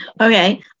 Okay